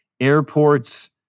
airports